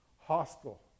hostile